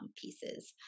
pieces